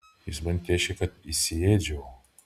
jis man tėškė kad įsiėdžiau